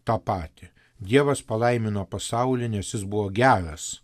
tą patį dievas palaimino pasaulį nes jis buvo geras